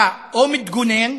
אתה או מתגונן